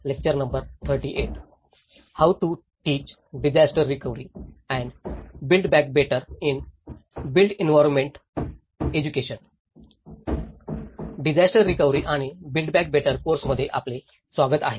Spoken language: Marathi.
डिजास्टर रिकव्हरी आणि बिल्ड बॅक बेटर कोर्स मध्ये आपले स्वागत आहे